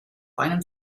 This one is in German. einem